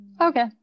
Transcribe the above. Okay